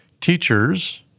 teachers